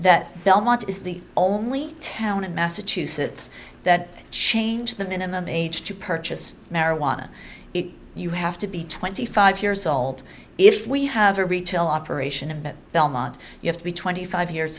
that belmont is the only town in massachusetts that change the minimum age to purchase marijuana you have to be twenty five years old if we have a retail operation in belmont you have to be twenty five years